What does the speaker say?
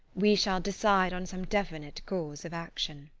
we shall decide on some definite cause of action.